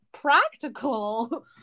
practical